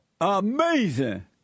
Amazing